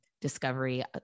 discovery